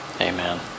Amen